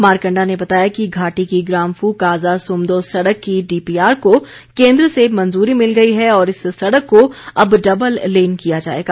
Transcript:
मारकण्डा ने बताया कि घाटी की ग्रांफू काजा सुमदो सड़क की डीपी आर को केन्द्र से मंजूरी मिल गई है और इस सड़क को अब डबल लेन किया जाएगा